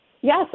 Yes